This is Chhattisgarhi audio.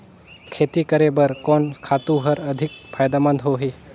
खेती करे बर कोन खातु हर अधिक फायदामंद होही?